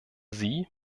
sie